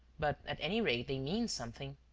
but, at any rate, they mean something.